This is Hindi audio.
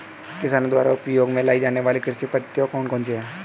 किसानों द्वारा उपयोग में लाई जाने वाली कृषि पद्धतियाँ कौन कौन सी हैं?